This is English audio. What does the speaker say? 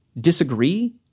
disagree